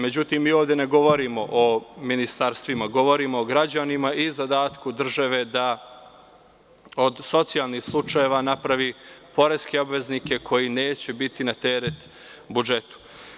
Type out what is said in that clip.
Međutim, mi ovde ne govorimo o ministarstvima, govorimo o građanima i zadatku države da od socijalnih slučajeva napravi poreske obveznike koji neće biti na teret budžetu.